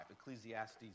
Ecclesiastes